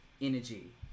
energy